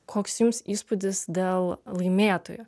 koks jums įspūdis dėl laimėtojo